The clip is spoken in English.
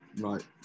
Right